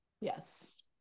Yes